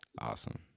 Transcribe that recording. Awesome